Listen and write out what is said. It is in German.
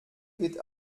geht